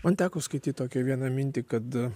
man teko skaityt tokią vieną mintį kad